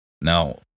Now